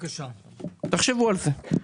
תחשבו על זה.